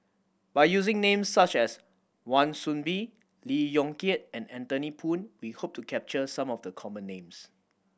by using names such as Wan Soon Bee Lee Yong Kiat and Anthony Poon we hope to capture some of the common names